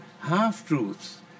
half-truths